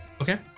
Okay